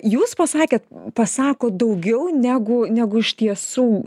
jūs pasakėt pasako daugiau negu negu iš tiesų